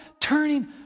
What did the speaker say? turning